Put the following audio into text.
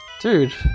Dude